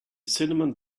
cinnamon